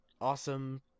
awesome